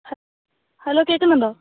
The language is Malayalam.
ഹലോ കേൾക്കുന്നുണ്ടോ